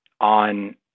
on